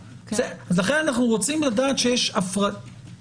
לכן אנחנו רוצים לדעת שיש הפרדה.